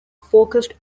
focused